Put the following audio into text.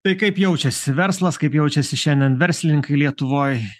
tai kaip jaučiasi verslas kaip jaučiasi šiandien verslininkai lietuvoj